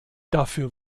dafür